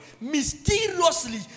Mysteriously